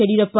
Yediyurappa